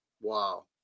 Wow